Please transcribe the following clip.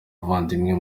ubuvandimwe